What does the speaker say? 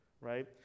right